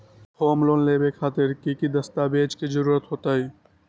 Home loan लेबे खातिर की की दस्तावेज के जरूरत होतई?